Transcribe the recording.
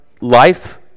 life